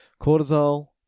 cortisol